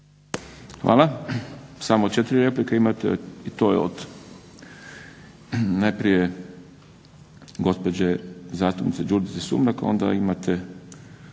Hvala. Samo 4 replike imate i to od najprije gospođe zastupnice Đurđice Sumrak,